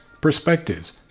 Perspectives